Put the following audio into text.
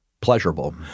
pleasurable